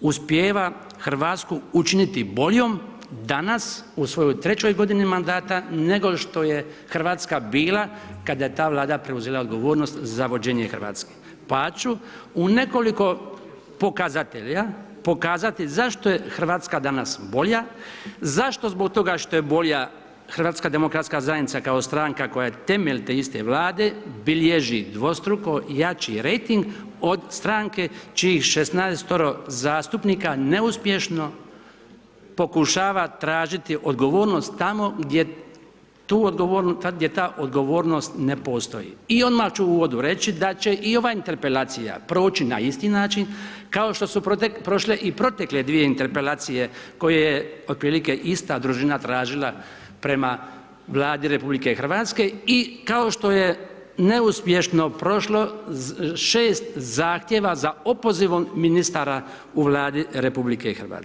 uspijeva Hrvatsku učiniti boljom danas u svojoj 3 godini mandata, nego što je Hrvatska bila kada je ta Vlada preuzela odgovornost za vođenje Hrvatske pa ću u nekoliko pokazatelja pokazati zašto je Hrvatska danas bolja, zašto zbog toga što je bolja, zašto zbog toga što je bolja, HDZ kao stranka koja je temelj te iste Vlade bilježi dvostruko jači rejting od stranke čiji 16-oro zastupnika neuspješno pokušava tražiti odgovornost tamo gdje ta odgovornost ne postoji i odmah ću u uvodu reći da će i ova interpelacija proći na isti način kao što su prošle i protekle dvije interpelacije koje je otprilike ista družina tražila prema Vladi RH i kao što je neuspješno prošlo 6 zahtjeva za opozivom ministara u Vladi RH.